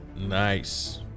Nice